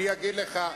אני אגיד לך,